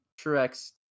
truex